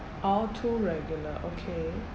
oh two regular okay